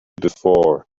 before